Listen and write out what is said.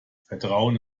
vertrauen